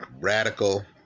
radical